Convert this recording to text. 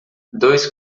dois